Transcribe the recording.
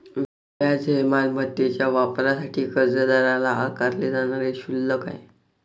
व्याज हे मालमत्तेच्या वापरासाठी कर्जदाराला आकारले जाणारे शुल्क आहे